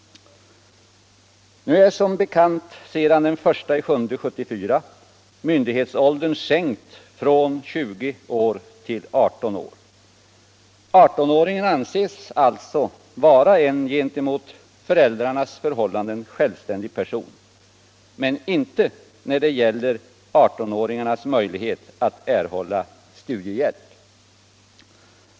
Som bekant är sedan den 1 juli 1974 myndighetsåldern sänkt från 20 till 18 år. 18-åringen anses alltså vara en gentemot föräldrarna självständig person, men inte när det gäller 18-åringens möjligheter att erhålla studiehjälp.